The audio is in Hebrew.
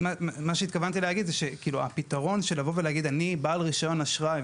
מה שהתכוונתי להגיד זה שהפתרון של לבוא ולהגיד: "אני בעל רישיון אשראי,